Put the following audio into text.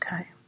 Okay